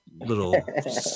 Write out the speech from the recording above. little